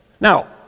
Now